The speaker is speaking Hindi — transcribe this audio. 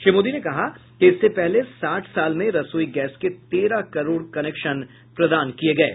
श्री मोदी ने कहा कि इससे पहले साठ साल में रसोई गैस के तेरह करोड कनेक्शन प्रदान किये गये